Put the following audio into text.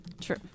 True